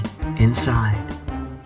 inside